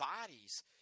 bodies